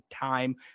time